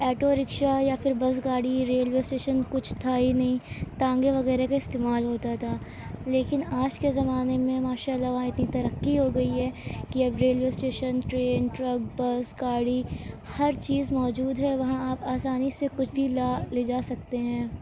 auto rickshaw یا پھر bus گاڑی ریلوے اسٹیشن کچھ تھا ہی نہیں ٹانگے وغیرہ کا استعمال ہوتا تھا لیکن آج کے زمانے میں ماشا اللہ وہاں اتنی ترقی ہو گئی ہے کہ اب railway station train truck bus گاڑی ہر چیز موجود ہے وہاں آپ آسانی سے کچھ بھی لا لے جا سکتے ہیں